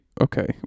Okay